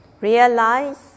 realize